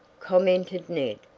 commented ned.